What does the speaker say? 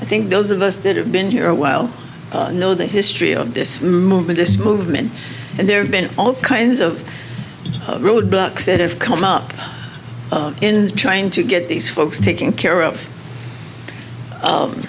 i think those of us that have been here a while know the history of this movement this movement and there have been all kinds of roadblocks that have come up in trying to get these folks taking care of